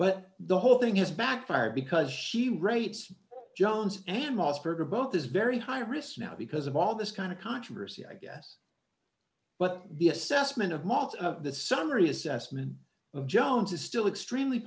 but the whole thing has backfired because she writes john's animals for both is very high risk now because of all this kind of controversy i guess but the assessment of most of this summary assessment of jones is still extremely